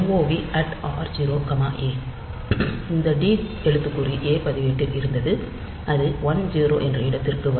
mov r0 a இந்த D எழுத்துக்குறி A பதிவேட்டில் இருந்தது அது 10 என்ற இடத்திற்கு வரும்